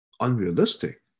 unrealistic